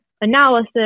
analysis